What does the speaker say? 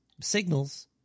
signals